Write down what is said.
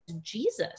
Jesus